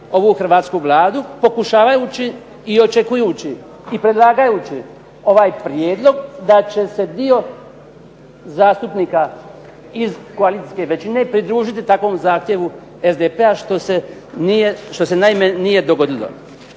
ovu hrvatsku Vladu i pokušavajući i očekujući i predlagajući ovaj prijedlog da će se dio zastupnika iz koalicijske većine pridružiti takvom zahtjevu SDP-a što se naravno nije dogodilo.